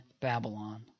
Babylon